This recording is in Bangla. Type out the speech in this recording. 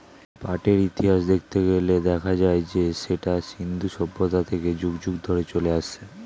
পাটের ইতিহাস দেখতে গেলে দেখা যায় যে সেটা সিন্ধু সভ্যতা থেকে যুগ যুগ ধরে চলে আসছে